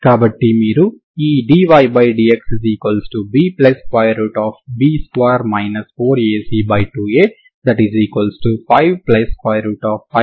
కాబట్టి మీరు ఈ dydxBB2 4AC2A 552 4